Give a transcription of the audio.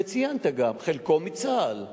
וגם ציינת שחלקו מצה"ל,